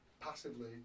passively